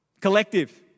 collective